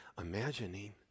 imagining